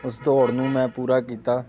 ਉਸ ਦੌੜ ਨੂੰ ਮੈਂ ਪੂਰਾ ਕੀਤਾ